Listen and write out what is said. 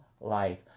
life